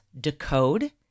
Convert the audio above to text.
decode